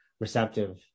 receptive